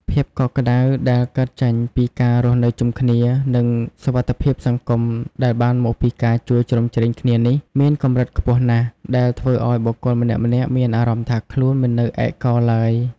ភាពកក់ក្ដៅដែលកើតចេញពីការរស់នៅជុំគ្នា និងសុវត្ថិភាពសង្គមដែលបានមកពីការជួយជ្រោមជ្រែងគ្នានេះ មានកម្រិតខ្ពស់ណាស់ ដែលធ្វើឱ្យបុគ្គលម្នាក់ៗមានអារម្មណ៍ថាខ្លួនមិននៅឯកោឡើយ។